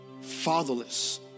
fatherless